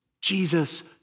Jesus